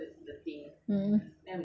inviting